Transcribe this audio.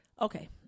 Okay